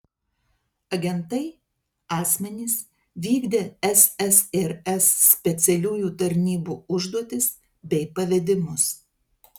agentai asmenys vykdę ssrs specialiųjų tarnybų užduotis bei pavedimus